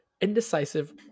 indecisive